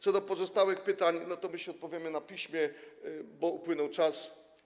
Co do pozostałych pytań to myślę, że odpowiemy na piśmie, bo upłynął czas.